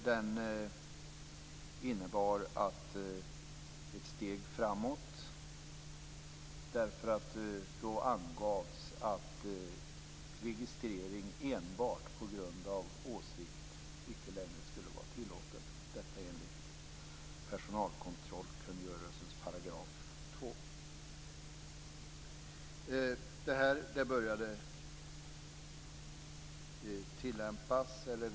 Den innebar ett steg framåt därför att där angavs att registrering enbart på grund av åsikt icke längre skulle vara tillåten, detta enligt personalkontrollkungörelsens 2 §.